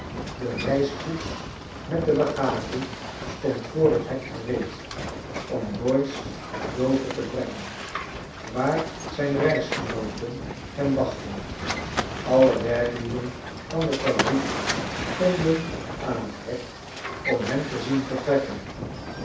de reiskoets met de bagage stond voor het hek gereed om doyce naar dover te brengen waar zijn reisgenooten hem wachtten alle werklieden van de fabriek stonden aan het hek om hem te zien vertrekken